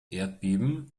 erdbeben